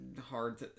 hard